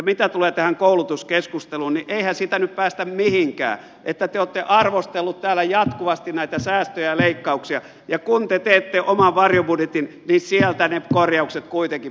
mitä tulee tähän koulutuskeskusteluun niin eihän siitä nyt päästä mihinkään että te olette arvostelleet täällä jatkuvasti näitä säästöjä ja leikkauksia ja kun te teette oman varjobudjetin niin sieltä ne korjaukset kuitenkin puuttuvat